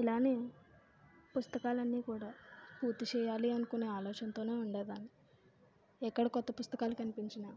ఇలానే పుస్తకాలన్నీ కూడా పూర్తి చేయాలి అనుకునే ఆలోచనతోనే ఉండేదాన్ని ఎక్కడ క్రొత్త పుస్తకాలు కనిపించినా